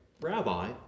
rabbi